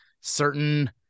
certain